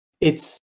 it's-